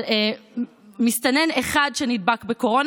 על מסתנן אחד שנדבק בקורונה.